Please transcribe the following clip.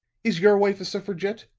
is your wife a suffragette?